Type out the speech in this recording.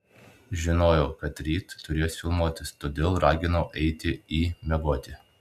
žinojau kad ryt turės filmuotis todėl raginau eiti į miegoti